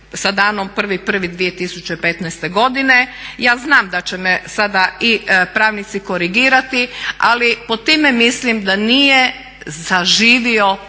sa danom 1.01.2015. godine. Ja znam da će me sada i pravnici korigirati ali pod time mislim da nije zaživio